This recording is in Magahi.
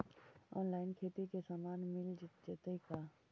औनलाइन खेती के सामान मिल जैतै का?